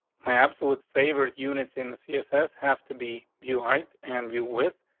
my absolute favorite units in the css have to be you height and be with.